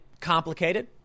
complicated